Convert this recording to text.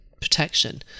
protection